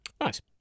Nice